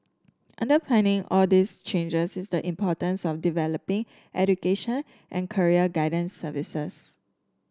underpinning all these changes is the importance of developing education and career guidance services